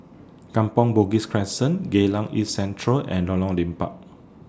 Kampong Bugis Crescent Geylang East Central and Lorong Liput